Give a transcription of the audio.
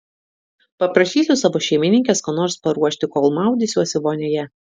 paprašysiu savo šeimininkės ko nors paruošti kol maudysiuosi vonioje